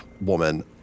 woman